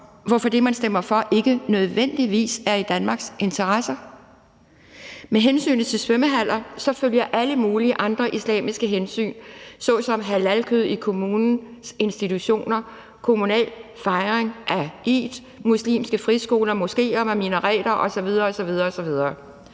hvorfor det, man stemmer for, ikke nødvendigvis er i Danmarks interesser. Med hensynet til svømmehaller følger alle mulige andre islamiske hensyn såsom halalkød i kommunens institutioner, kommunal fejring af eid, muslimske friskoler, moskéer med minareter osv. osv. Alt